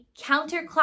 counterclockwise